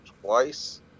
twice